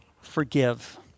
forgive